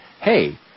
Hey